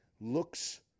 looks